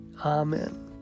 Amen